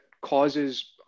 causes